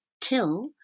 till